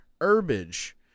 herbage